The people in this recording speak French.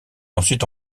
ensuite